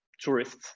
tourists